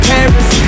Paris